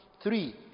Three